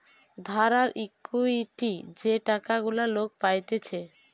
ধার আর ইকুইটি যে টাকা গুলা লোক পাইতেছে